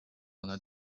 可能